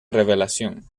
revelación